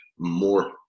More